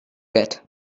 get